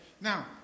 Now